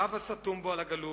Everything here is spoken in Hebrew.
רב הסתום בו על הגלוי,